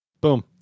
Boom